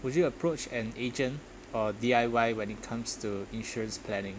would you approach an agent or D_I_Y when it comes to insurance planning